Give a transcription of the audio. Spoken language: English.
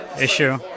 issue